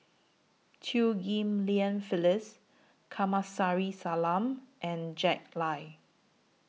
Chew Ghim Lian Phyllis Kamsari Salam and Jack Lai